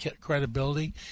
credibility